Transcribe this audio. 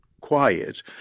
quiet